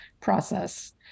process